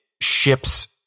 ships